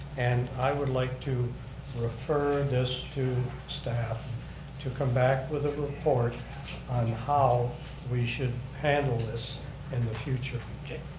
and i would like to refer this to staff to come back with a report on how we should handle this in the future. okay,